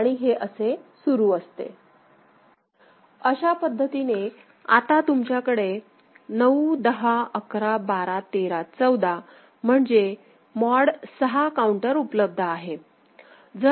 अशा पद्धतीने आता तुमच्याकडे 9 10 11 12 13 14 म्हणजे मॉड 6 काऊंटर उपलब्ध आहे